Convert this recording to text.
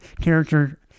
character